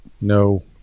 no